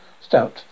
Stout